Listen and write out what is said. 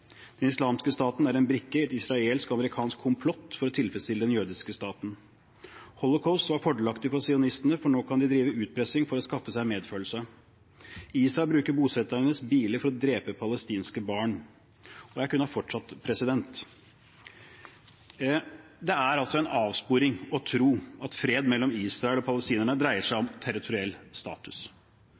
Den islamske staten er en brikke i et israelsk og amerikansk komplott for å tilfredsstille den jødiske staten. Holocaust var fordelaktig for sionistene, for nå kan de drive utpressing for å skaffe seg medfølelse. Israel bruker bosetternes biler for å drepe palestinske barn. Jeg kunne fortsatt. Det er en avsporing å tro at fred mellom Israel og palestinerne dreier seg om territoriell status.